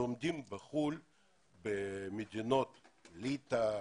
שלומדים בחוץ לארץ במדינות כמו ליטא,